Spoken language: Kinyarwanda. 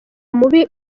mubi